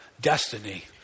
destiny